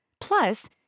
Plus